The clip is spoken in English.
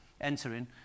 entering